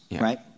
right